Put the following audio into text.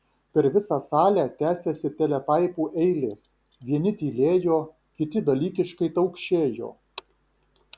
per visą salę tęsėsi teletaipų eilės vieni tylėjo kiti dalykiškai taukšėjo